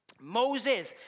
Moses